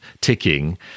ticking